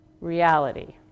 reality